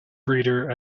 breeder